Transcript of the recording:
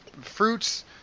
fruits